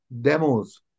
demos